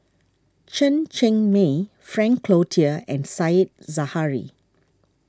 Chen Cheng Mei Frank Cloutier and Said Zahari